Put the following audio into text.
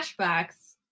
flashbacks